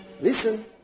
Listen